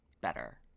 better